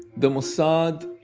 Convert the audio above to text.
the mossad